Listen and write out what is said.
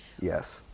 Yes